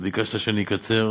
אתה ביקשת שאני אקצר,